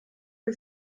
que